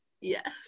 Yes